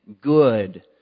good